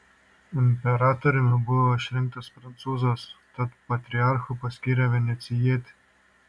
imperatoriumi buvo išrinktas prancūzas tad patriarchu paskyrė venecijietį